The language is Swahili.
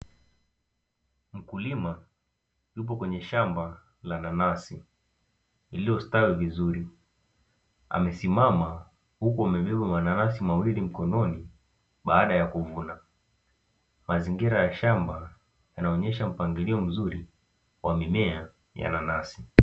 Mkulima yuko kwenye shamba la nanasi lililo stawi vizuri amesimama, huku amebeba mananasi mawili mkononi baada ya kuvuna. Mazingira ya shamba yanaonyesha mpangilio mzuri wa mimea ya nanasi.